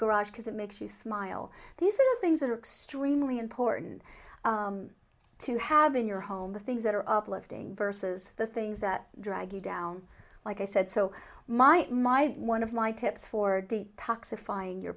garage because it makes you smile these are the things that are extremely important to have in your home the things that are uplifting versus the things that drag you down like i said so my my one of my tips for de toxify in your